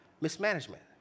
mismanagement